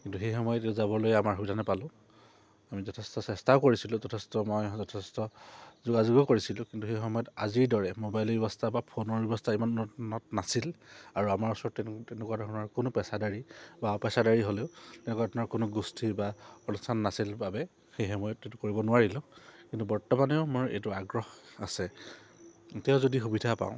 কিন্তু সেই সময়ত যাবলৈ আমাৰ সুবিধা নাপালোঁ আমি যথেষ্ট চেষ্টাও কৰিছিলোঁ যথেষ্ট মই যথেষ্ট যোগাযোগো কৰিছিলোঁ কিন্তু সেই সময়ত আজিৰ দৰে মোবাইলী ব্যৱস্থা বা ফোনৰ ব্যৱস্থা ইমান নাছিল আৰু আমাৰ ওচৰত তেনেকুৱা ধৰণৰ কোনো পেচাদাৰী বা অপেচাদাৰী হ'লেও তেনেকুৱা ধৰণৰ কোনো গোষ্ঠী বা অনুষ্ঠান নাছিল বাবে সেই সময়ত এইটো কৰিব নোৱাৰিলোঁ কিন্তু বৰ্তমানেও মোৰ এইটো আগ্ৰহ আছে এতিয়াও যদি সুবিধা পাওঁ